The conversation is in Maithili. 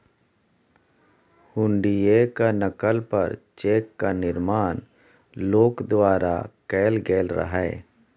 हुंडीयेक नकल पर चेकक निर्माण लोक द्वारा कैल गेल रहय